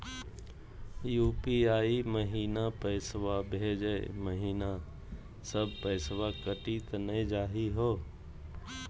UPI महिना पैसवा भेजै महिना सब पैसवा कटी त नै जाही हो?